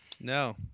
No